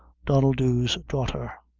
donnel dhu's daughter.